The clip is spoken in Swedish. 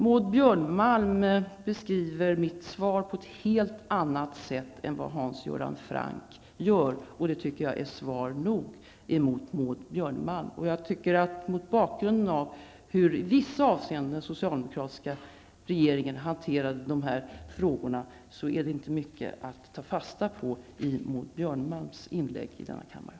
Maud Björnemalm beskriver mitt svar på ett helt annat sätt än vad Hans Göran Franck gör. Det tycker jag är svar nog emot Maud Björnemalm. Mot bakgrund av hur i vissa avseenden den socialdemokratiska regeringen hanterade dessa frågor, är det inte mycket att ta fasta på i Maud